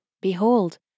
Behold